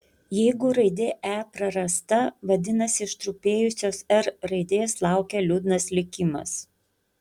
jeigu raidė e prarasta vadinasi ištrupėjusios r raidės laukia liūdnas likimas